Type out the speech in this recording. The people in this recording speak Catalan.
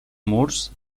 murs